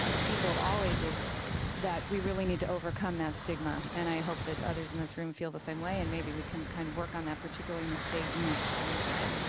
people of all ages that we really need to overcome that stigma and i hope that others in in room feel the same way and maybe we can kind of work on that particularly in the state in which i reside.